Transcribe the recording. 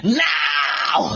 now